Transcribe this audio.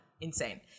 insane